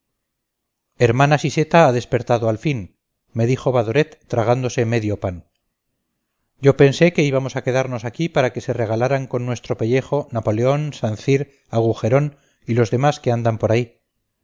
hermana siseta ha despertado al fin me dijo badoret tragándose medio pan yo pensé que íbamos a quedarnos aquí para que se regalaran con nuestro pellejo napoleón sancir agujerón y los demás que andan por ahí